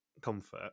Comfort